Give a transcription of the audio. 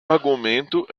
argumento